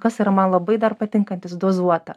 kas yra man labai dar patinkantis dozuota